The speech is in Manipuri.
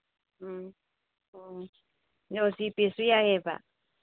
ꯎꯝ ꯑꯣ ꯖꯤꯄꯦꯁꯨ ꯌꯥꯏꯌꯦꯕ